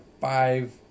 five